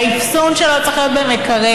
והאפסון שלו צריך להיות במקרר.